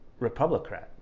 republicrat